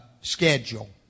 schedule